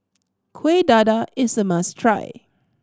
Kueh Dadar is a must try